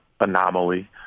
anomaly